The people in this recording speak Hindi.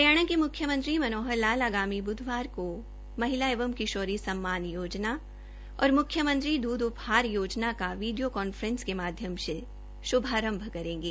हरियाणा के मुख्यमंत्री मनोहर लाल आगामी बुधवार को महिला एवं किशोरी सम्मान योजना और मुख्यमंत्री दूध उपहार योजना का विडियो कॉन्फ्रेंस के माध्यम से शुभारंभ करेंगे